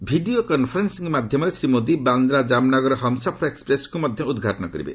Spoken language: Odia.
ଭିଡ଼ିଓ କନ୍ଫରେନ୍ବିଂ ମାଧ୍ୟମରେ ଶ୍ରୀ ମୋଦି ବାନ୍ଦ୍ରା ଜାମନଗର ହମ୍ସଫର ଏକ୍ଟ୍ରେସ୍କୁ ମଧ୍ୟ ଉଦ୍ଘାଟନ କରିବେ